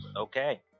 okay